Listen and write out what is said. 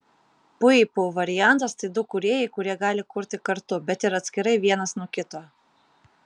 puipų variantas tai du kūrėjai kurie gali kurti kartu bet ir atskirai vienas nuo kito